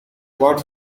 what